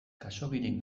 khaxoggiren